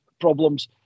problems